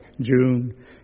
June